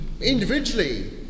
Individually